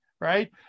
right